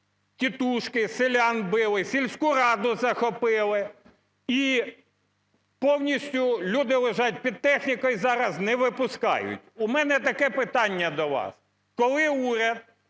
"Тітушки" селян били, сільську раду захопили, і повністю люди лежать під технікою зараз, не випускають. У мене таке питання до вас. Коли уряд